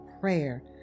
prayer